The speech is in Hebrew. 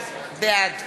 בעד